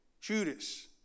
Judas